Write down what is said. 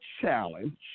challenge